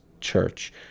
Church